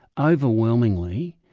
overwhelmingly,